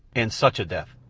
and such a death!